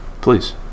Please